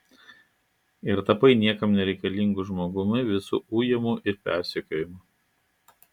ir tapai niekam nereikalingu žmogumi visų ujamu ir persekiojamu